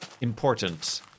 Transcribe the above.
important